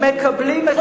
חוסר אחריות.